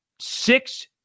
six